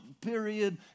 period